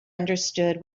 understood